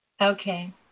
Okay